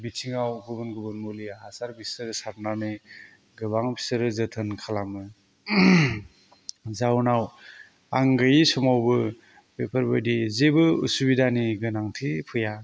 बिथिङाव गुबुन गुबुन मुलि हासार बिसोर सारनानै गोबां बिसोरो जोथोन खालामो जाहोनाव आं गैयि समावबो बेफोरबायदि जेबो असुबिदानि गोनांथि फैया